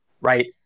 right